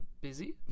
busy